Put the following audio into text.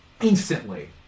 instantly